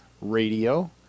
radio